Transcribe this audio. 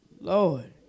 Lord